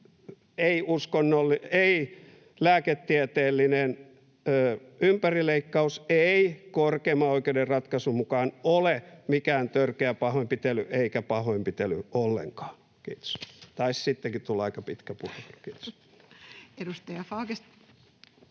ei-lääketieteellinen ympärileikkaus ei korkeimman oikeuden ratkaisun mukaan ole mikään törkeä pahoinpitely eikä pahoinpitely ollenkaan. — Kiitos. Taisi sittenkin tulla aika pitkä puheenvuoro. Edustaja Fagerström